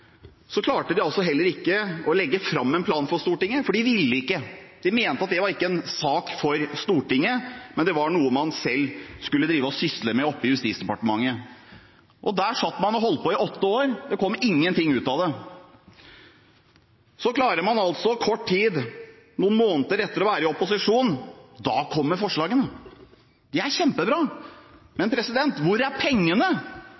klarte de heller ikke legge fram en plan for Stortinget – de ville ikke, de mente det ikke var en sak for Stortinget; det var noe man selv skulle sysle med i Justisdepartementet. Der satt man og holdt på i åtte år, og det kom ingenting ut av det. Så – etter å ha vært i opposisjon i kort tid, noen måneder